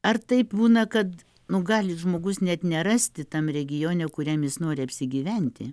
ar taip būna kad nu gali žmogus net nerasti tam regione kuriam jis nori apsigyventi